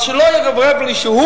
אז שלא יתרברב לי שהוא,